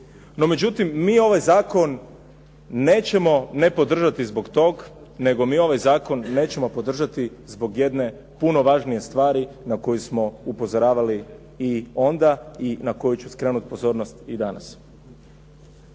No međutim, mi ovaj zakon nećemo ne podržati zbog toga nego mi ovaj zakon nećemo podržati zbog jedne puno važnije stvari na koju smo upozoravali i onda i na koju ću skrenuti pozornost i danas.